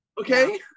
okay